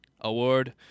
Award